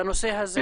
בנושא הזה?